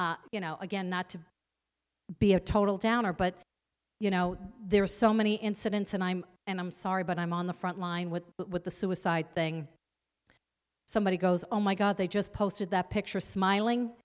miserable you know again not to be a total downer but you know there are so many incidents and i'm and i'm sorry but i'm on the frontline with with the suicide thing somebody goes oh my god they just posted that picture smiling